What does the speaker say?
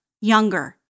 younger